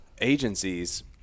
agencies